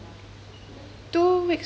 two weeks